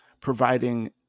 providing